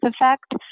effect